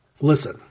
Listen